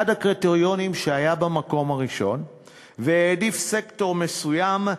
אחד הקריטריונים שהיה במקום הראשון והעדיף סקטור מסוים,